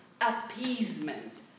appeasement